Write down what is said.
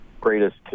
greatest